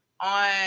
on